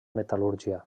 metal·lúrgia